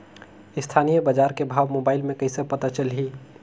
स्थानीय बजार के भाव मोबाइल मे कइसे पता चलही?